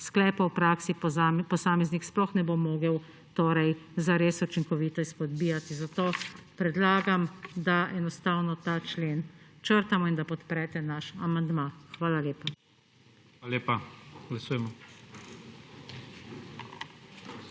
sklepa v praksi posameznik sploh ne bo mogel zares učinkovito izpodbijati. Zato predlagam, da enostavno ta člen črtamo in da podprete naš amandma. Hvala lepa. PREDSEDNIK IGOR